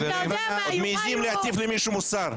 עוד מעזים להטיף למישהו מוסר.